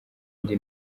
indi